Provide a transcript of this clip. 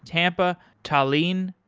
tampa, tallinn,